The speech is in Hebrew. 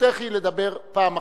זכותך לדבר פעם אחת,